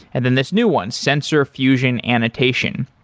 and then this new one, sensor fusion annotation,